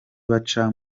baca